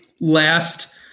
last